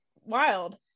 wild